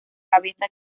cabeza